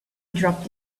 dropped